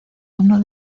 uno